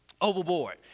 overboard